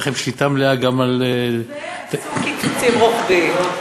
ועשו קיצוצים רוחביים.